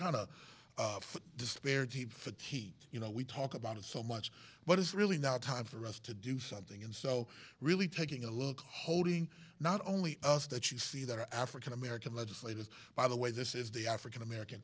kind of for disparity and for heat you know we talk about it so much but it's really not time for us to do something and so really taking a look holding not only us that you see there african american legislators by the way this is the african american